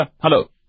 hello